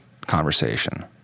conversation